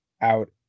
out